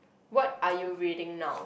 what are your reading now